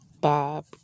bob